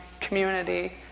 community